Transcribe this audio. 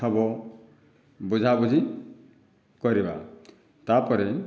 ହେବ ବୁଝାବୁଝି କରିବା ତା'ପରେ